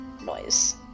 noise